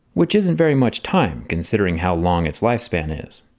which isn't very much time considering how long it's lifespan is.